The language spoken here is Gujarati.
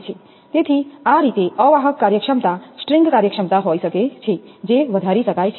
તેથી આ રીતે અવાહક કાર્યક્ષમતા સ્ટ્રિંગ કાર્યક્ષમતા હોઈ શકે છે જે વધારી શકાય છે